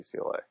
UCLA